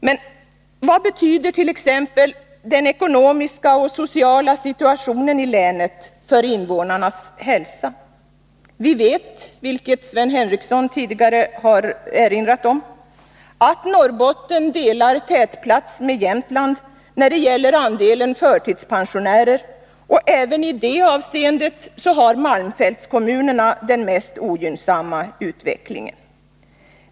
Men vad betyder t.ex. den ekonomiska och sociala situationen i länet för invånarnas hälsa? Vi vet — Sven Henricsson har tidigare erinrat om det — att Norrbotten delar tätplatsen med Jämtland när det gäller andelen förtidspensionärer. Även i det avseendet uppvisar malmfältskommunerna den mest ogynnsamma utvecklingen.